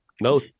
No